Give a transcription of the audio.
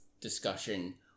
discussion